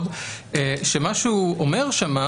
שמה שהוא אומר שם,